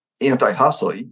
anti-hustle